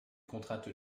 contrainte